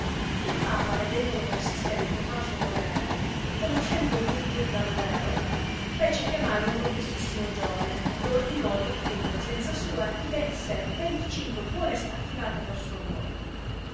il papa vedendolo persistere in cotal suo volere e conoscendo lui dir da dorerò fece chiamare un robustissimo giovane ed ordinòli che in presenza sua gli desse venticinque buone staffilate per suo amore